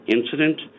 incident